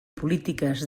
polítiques